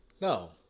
No